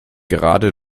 gerade